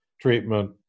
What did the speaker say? treatment